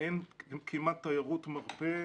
אין כמעט תיירות מרפא,